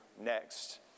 next